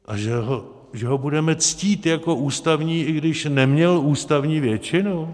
A že ho budeme ctít jako ústavní, i když neměl ústavní většinu?